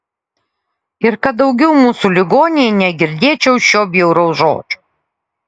ir kad daugiau mūsų ligoninėje negirdėčiau šio bjauraus žodžio